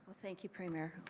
thank you, premier.